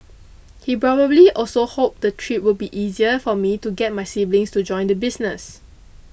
he probably also hoped the trip would be easier for me to get my siblings to join the business